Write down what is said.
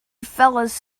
fellas